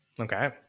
Okay